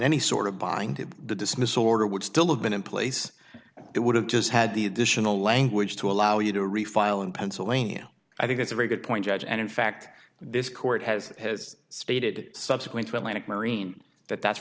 any sort of buying to the dismissal order would still have been in place it would have just had the additional language to allow you to refile in pennsylvania i think that's a very good point judge and in fact this court has has stated subsequent one manic marine that that's